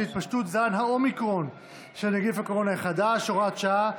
התפשטות זן האומיקרון של נגיף הקורונה החדש (הוראת שעה),